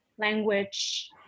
language